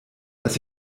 dass